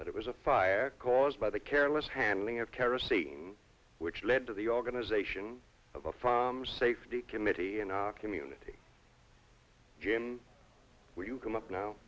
that it was a fire caused by the careless handling of kerosene which led to the organization of a from safety committee community gym where you come up now